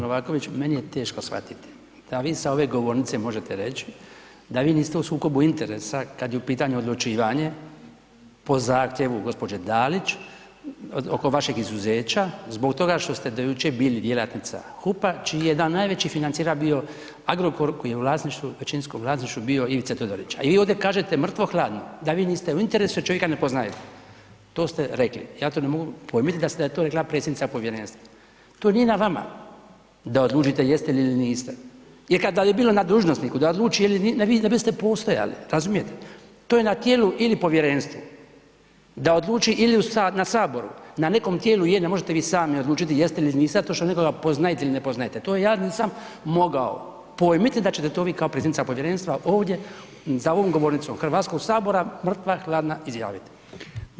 Novaković, meni je teško shvatiti da vi sa ove govornice možete reći da vi niste u sukobu interesa kad je u pitanju odlučivanje po zahtjevu gđe. Dalić oko vašeg izuzeća zbog toga što ste do jučer bili djelatnica HUP-a čiji je jedan od najvećih financijera bio Agrokor koji je u vlasništvu, većinskom vlasništvu bio Ivica Todorića i vi ovdje kažete mrtvo hladno da vi niste u interesu i da čovjeka ne poznajete, to ste rekli, ja to ne mogu pojmit da je to rekla predsjednica povjerenstva, to nije na vama da odlučite jeste li ili niste, jer kada bi bilo na dužnosniku da odluči, vi ne biste postojali, razumijete, to je na tijelu ili povjerenstvu da odluči ili na HS, na nekom tijelu je, ne možete vi sami odlučiti jeste li ili niste, to što nekoga poznajete ili ne poznajete, to ja nisam mogao pojmiti da ćete to vi kao predsjednica povjerenstva ovdje, za ovom govornicom HS mrtva hladna izjaviti.